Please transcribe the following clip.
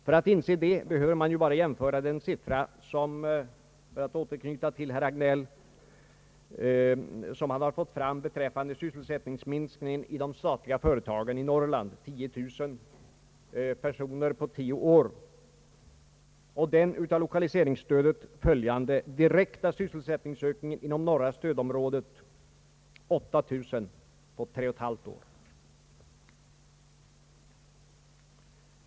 För att inse det behöver man bara jämföra den siffra som herr Hagnell har fått fram beträffande <sysselsättningsminskningen i de statliga företagen i Norrland — 10000 personer på tio år — med den av lokaliseringsstödet följande direkta sysselsättningsökningen inom det norra stödområdet, nämligen 8000 på tre och ett halvt år.